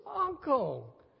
uncle